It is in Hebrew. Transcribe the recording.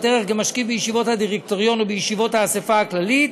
ערך כמשקיף בישיבות הדירקטוריון ובישיבות האספה הכללית.